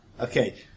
Okay